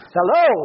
Hello